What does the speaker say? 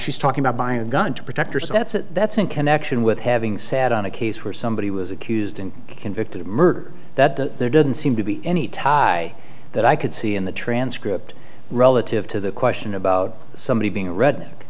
she's talking about buying a gun to protect her so that's a that's in connection with having sat on a case where somebody was accused and convicted of murder that there didn't seem to be any tie that i could see in the transcript relative to the question about somebody being a redneck